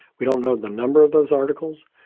we don't know the number of those articles,